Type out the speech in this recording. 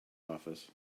office